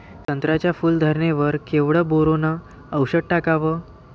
संत्र्याच्या फूल धरणे वर केवढं बोरोंन औषध टाकावं?